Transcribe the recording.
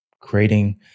creating